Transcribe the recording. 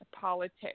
politics